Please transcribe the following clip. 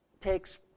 takes